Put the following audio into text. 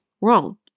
wrong